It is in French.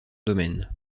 domaine